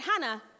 Hannah